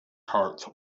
heart